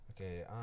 Okay